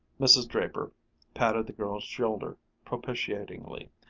mrs. draper patted the girl's shoulder propitiatingly.